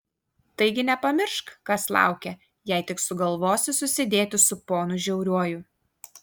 taigi nepamiršk kas laukia jei tik sugalvosi susidėti su ponu žiauriuoju